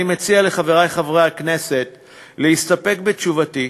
אני מציע לחברי חברי הכנסת להסתפק בתשובתי,